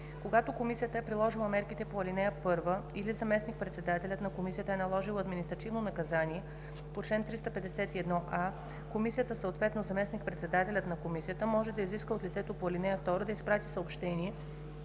Когато комисията е приложила мерките по ал. 1 или заместник-председателят на комисията е наложил административно наказание по чл. 351а, комисията, съответно заместник-председателят на комисията, може да изиска от лицето по ал. 2 да изпрати съобщение